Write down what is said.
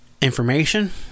information